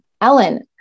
Ellen